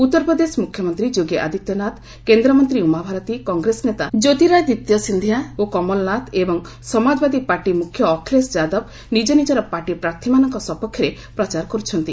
ଉତ୍ତର ପ୍ରଦେଶ ମୁଖ୍ୟମନ୍ତ୍ରୀ ଯୋଗୀ ଆଦିତ୍ୟନାଥ କେନ୍ଦ୍ରମନ୍ତ୍ରୀ ଉମାଭାରତୀ କଂଗ୍ରେସ ନେତା କ୍ୟୋତିରାଦିତ୍ୟ ସିନ୍ଧିଆ ଓ କମଲ୍ନାଥ ଏବଂ ସମାଜବାଦୀ ପାର୍ଟ ମ୍ରଖ୍ୟ ଅଖିଳେଶ ଯାଦବ ନିଜ ନିଜର ପାର୍ଟି ପ୍ରାର୍ଥୀମାନଙ୍କ ସପକ୍ଷରେ ପ୍ରଚାର କରୁଛନ୍ତି